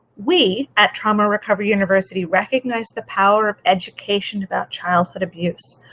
we at trauma recovery university recognize the power of education about childhood abuse,